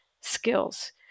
skills